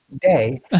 Day